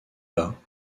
bas